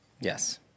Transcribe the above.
Yes